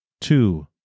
two